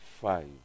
five